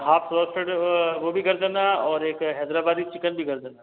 half plate वो भी कर देना और एक हैदराबादी चिकन भी कर देना